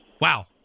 Wow